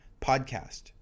podcast